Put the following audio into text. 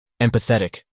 Empathetic